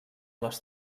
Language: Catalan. les